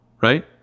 right